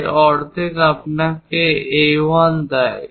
এর অর্ধেক আপনাকে A1 দেয়